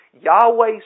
Yahweh